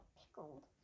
pickled